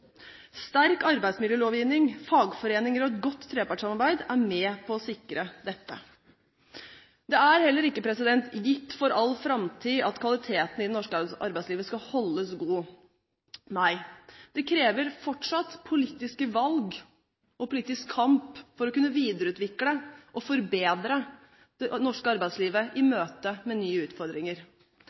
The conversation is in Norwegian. Sterk arbeidsmiljølovgivning, fagforeninger og et godt trepartssamarbeid er med på å sikre dette. Det er heller ikke gitt at kvaliteten på det norske arbeidslivet skal holdes god for all framtid. Nei – det krever fortsatt politiske valg og politisk kamp for å kunne videreutvikle og forbedre det norske arbeidslivet i møte med nye utfordringer.